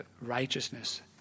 righteousness